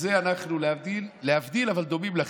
ובזה אנחנו, להבדיל, להבדיל, אבל דומים לכם: